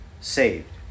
saved